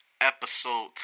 episode